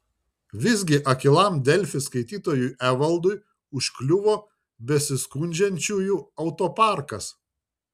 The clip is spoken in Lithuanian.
visgi akylam delfi skaitytojui evaldui užkliuvo besiskundžiančiųjų autoparkas